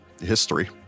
history